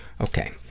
Okay